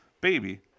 baby